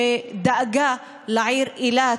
שדאגה לעיר אילת,